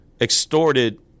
extorted